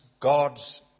God's